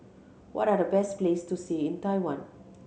what are the best place to see in Taiwan